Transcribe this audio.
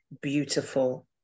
Beautiful